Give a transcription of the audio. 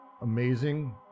amazing